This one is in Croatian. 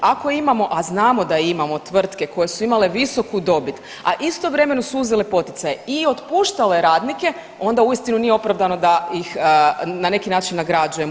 Ako imamo, a znamo da imamo tvrtke koje su imale visoku dobit, a istovremeno su uzele poticaj i otpuštale radnike onda uistinu nije opravdano da ih na neki način nagrađujemo.